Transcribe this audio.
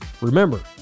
Remember